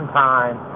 time